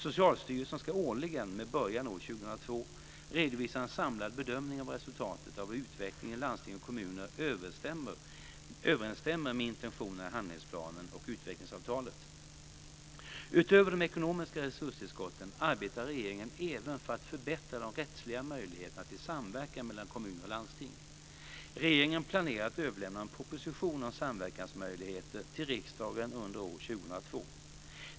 Socialstyrelsen ska årligen med början år 2002 redovisa en samlad bedömning av resultatet av hur utvecklingen i landsting och kommuner överensstämmer med intentionerna i handlingsplanen och utvecklingsavtalet. Utöver de ekonomiska resurstillskotten arbetar regeringen även för att förbättra de rättsliga möjligheterna till samverkan mellan kommuner och landsting. Regeringen planerar att överlämna en proposition om samverkansmöjligheter till riksdagen under år 2002.